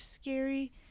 scary